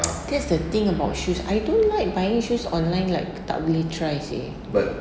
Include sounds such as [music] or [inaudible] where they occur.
[noise] that's the thing about shoes I don't like buying shoes online like tak boleh try seh